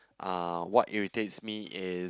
ah what irritates me is